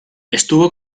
estuvo